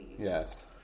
Yes